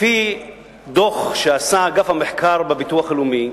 לפי דוח שעשה אגף המחקר בביטוח הלאומי,